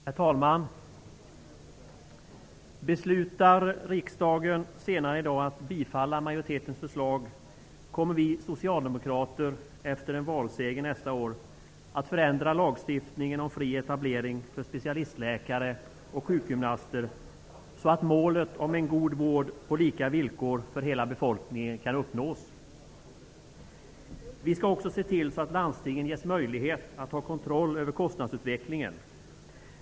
Herr talman! Beslutar riksdagen senare i dag att bifalla majoritetens förslag kommer vi socialdemokrater efter en valseger nästa år att förändra lagstiftningen om fri etablering för specialistläkare och sjukgymnaster så att målet om en god vård på lika villkor för hela befolkningen kan uppnås. Vi skall också se till att landstingen ges möjlighet att ha kontroll över kostnadsutvecklingen.